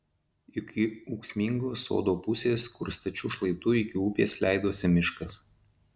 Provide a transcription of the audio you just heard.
iki ūksmingos sodo pusės kur stačiu šlaitu iki upės leidosi miškas